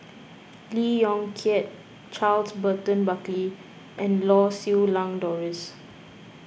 Lee Yong Kiat Charles Burton Buckley and Lau Siew Lang Doris